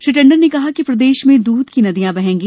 श्री टंडन ने कहा कि प्रदेश में दूध की नदियाँ बहेंगी